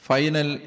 Final